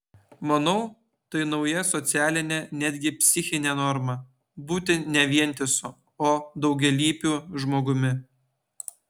manau tai nauja socialinė netgi psichinė norma būti ne vientisu o daugialypiu žmogumi